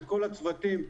את כל הצוותים הזרים,